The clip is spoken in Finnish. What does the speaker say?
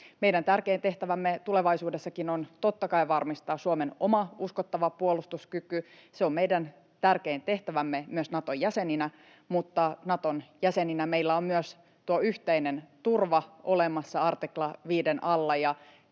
Meidän tärkein tehtävämme tulevaisuudessakin on totta kai varmistaa Suomen oma uskottava puolustuskyky. Se on meidän tärkein tehtävämme myös Naton jäsenenä, mutta Naton jäsenenä meillä on myös tuo yhteinen turva olemassa 5 artiklan alla,